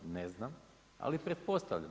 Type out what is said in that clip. Ne znam, ali pretpostavljam.